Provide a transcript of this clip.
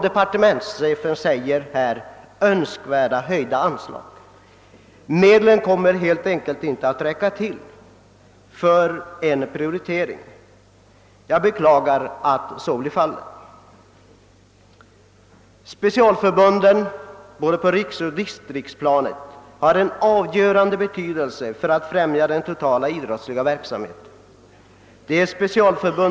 Departementschefen talar om önskvärda höjda anslag, men medlen kommer helt enkelt inte att räcka till för en prioritering. Jag beklagar att så blir fallet. Specialförbunden både på riksoch distriktsplanet har en avgörande betydelse när det gäller att främja den totala idrottsliga verksamheten.